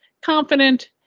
confident